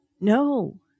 No